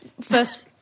first